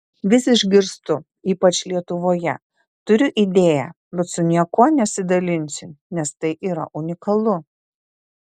vis išgirstu ypač lietuvoje turiu idėją bet su niekuo nesidalinsiu nes tai yra unikalu